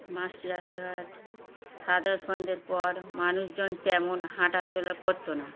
মাটির রাস্তাঘাট সারা সন্ধের পর মানুষজন তেমন হাঁটা চলা করত না